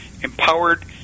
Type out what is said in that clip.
empowered